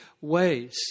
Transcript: ways